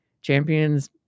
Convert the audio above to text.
Champions